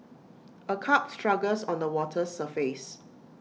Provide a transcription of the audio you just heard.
A carp struggles on the water's surface